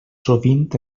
sovint